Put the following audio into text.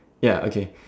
ya okay